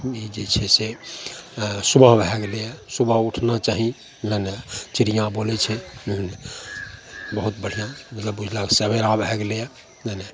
ई जे छै से सुबह भए गेलै हँ सुबह उठना चाही मने चिड़िआँ बोलै छै बहुत बढ़िआँ मतलब बुझलक सबेरा भए गेलै यऽ मने